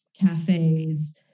cafes